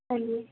ਹਾਂਜੀ